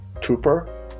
trooper